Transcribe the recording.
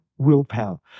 Willpower